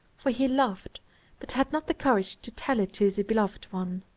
for he loved but had not the courage to tell it to the beloved one.